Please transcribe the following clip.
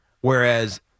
Whereas